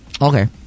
Okay